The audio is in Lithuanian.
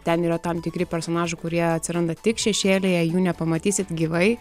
ten yra tam tikri personažai kurie atsiranda tik šešėlyje jų nepamatysit gyvai